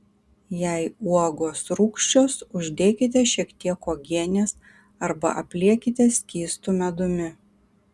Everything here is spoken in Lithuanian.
jei uogos rūgščios uždėkite šiek tiek uogienės arba apliekite skystu medumi